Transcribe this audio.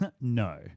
no